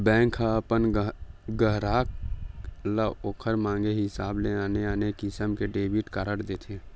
bank ह अपन गराहक ल ओखर मांगे हिसाब ले आने आने किसम के डेबिट कारड देथे